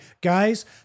guys